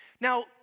Now